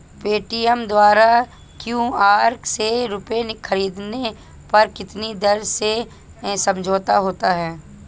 Paytm द्वारा QR से रूपए ख़रीदने पर कितनी देर में समझौता होता है?